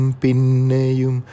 pinneyum